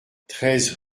treize